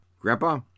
grandpa